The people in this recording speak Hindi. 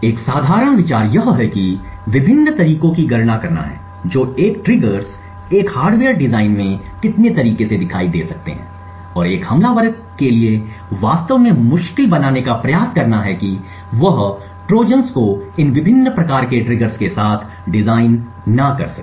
एक साधारण विचार यह है कि विभिन्न तरीकों की गणना करना है जो एक ट्रिगर्स एक हार्डवेयर डिज़ाइन में कितनी तरीके से दिखाई दे सकते हैं और एक हमलावर के लिए वास्तव में मुश्किल बनाने का प्रयास करना है कि वह ट्रोजन्स को इन विभिन्न प्रकार के ट्रिगर्स के साथ डिजाइन ना कर सके